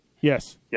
Yes